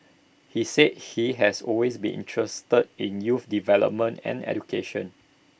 he said he has always been interested in youth development and education